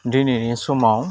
दिनैनि समाव